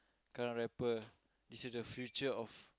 current rapper is he the future of